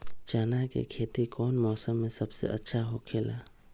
चाना के खेती कौन मौसम में सबसे अच्छा होखेला?